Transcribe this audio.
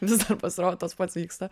vis dar pasirodo tas pats vyksta